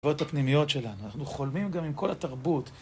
...בות הפנימיות שלנו. אנחנו חולמים גם עם כל התרבות.